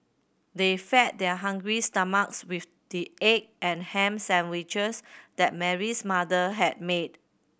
they fed their hungry stomachs with the egg and ham sandwiches that Mary's mother had made